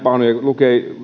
lukee äänenpainoja